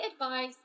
advice